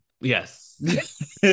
Yes